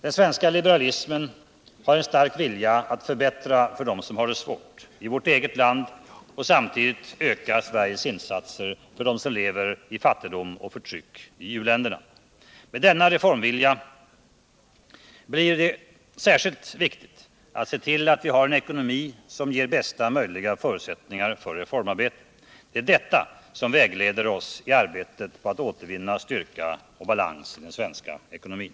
Den svenska liberalismen har en stark vilja att förbättra för dem som har det svårt i vårt eget land och samtidigt öka Sveriges insatser för dem som lever i fattigdom och förtryck i u-länderna. Med denna reformvilja blir det särskilt viktigt att se till att vi har en ekonomi som ger bästa möjliga förutsättningar för reformarbete. Det är detta som vägleder oss i arbetet på att återvinna styrka och balans i den svenska ekonomin.